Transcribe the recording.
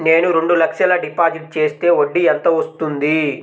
నేను రెండు లక్షల డిపాజిట్ చేస్తే వడ్డీ ఎంత వస్తుంది?